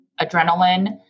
adrenaline